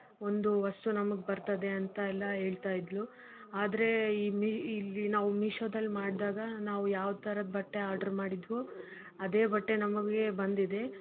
ಒಂದು ವಸ್ತು ನಮಗೆ ಬರ್ತದೆ ಅಂತ ಎಲ್ಲ ಹೇಳ್ತಾ ಇದ್ಲು ಆದರೆ ಈ ಮೀ ಇಲ್ಲಿ ನಾವು ಮಿಶೋದಲ್ಲಿ ಮಾಡಿದಾಗ ನಾವು ಯಾವ ಥರದ ಬಟ್ಟೆ ಆರ್ಡ್ರ್ ಮಾಡಿದ್ದೆವೋ ಅದೇ ಬಟ್ಟೆ ನಮಗೆ ಬಂದಿದೆ